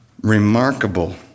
remarkable